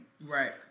Right